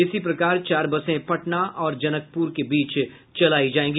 इसी प्रकार चार बसें पटना और जनकप्र के बीच चलाई जायेंगी